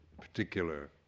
particular